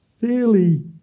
fairly